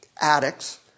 addicts